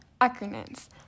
acronyms